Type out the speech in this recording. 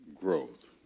growth